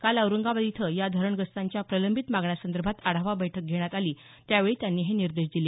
काल औरंगाबाद इथं या धरणग्रस्तांच्या प्रलंबित मागण्यासंदर्भात आढावा बैठक घेण्यात आली त्यावेळी त्यांनी हे निर्देश दिले